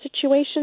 situation